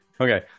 Okay